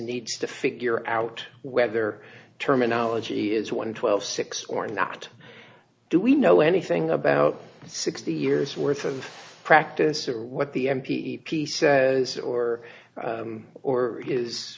needs to figure out whether terminology is one twelve six or not do we know anything about sixty years worth of practice or what the m p e p says or or is